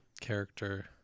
character